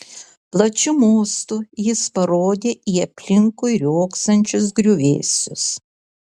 plačiu mostu jis parodė į aplinkui riogsančius griuvėsius